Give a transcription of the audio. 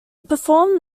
performed